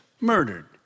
murdered